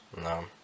No